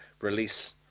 release